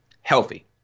healthy